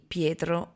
Pietro